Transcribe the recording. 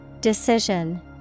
Decision